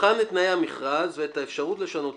תבחן את תנאי המכרז ואת האפשרות לשנותם